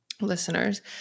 listeners